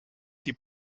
die